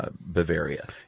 Bavaria